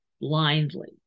blindly